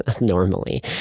Normally